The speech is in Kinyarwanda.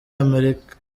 amerika